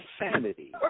insanity